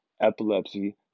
Epilepsy